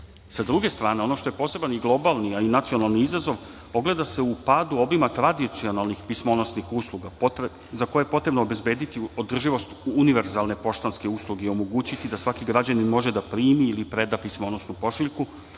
druge strane, ono što je poseban i globalni a i nacionalni izazov, ogleda se u padu obima tradicionalnih pismonosnih usluga za koje je potrebno obezbediti održivost univerzalne poštanske usluge i omogućiti da svaki građanin može da primi ili preda pismonosnu pošiljku